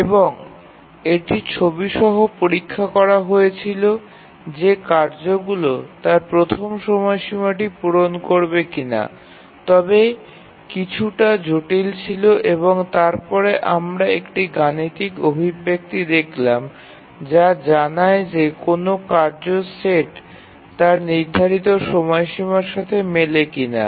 এবং এটি গ্রাফিকাল ভাবে পরীক্ষা করা হয়েছিল যে কার্যগুলি তার প্রথম সময়সীমাটি পূরণ করবে কিনা তবে এটি কিছুটা জটিল ছিল এবং তারপরে আমরা একটি গাণিতিক অভিব্যক্তি দেখলাম যা জানায় যে কোনও কার্য সেট তার নির্ধারিত সময়সীমার সাথে মেলে কিনা